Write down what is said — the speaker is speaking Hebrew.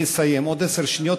אני אסיים עוד עשר שניות,